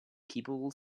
people